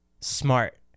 smart